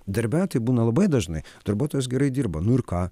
darbe taip būna labai dažnai darbuotojas gerai dirba nu ir ką